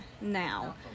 now